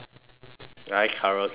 来 karaoke session